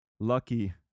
Lucky